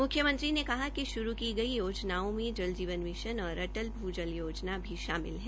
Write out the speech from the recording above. मुख्यमंत्री ने कहा कि शुरू की गई योजनाओं में जल जीवन मिशन और और अटल भ्र जल योजना भी शामिल है